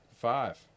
Five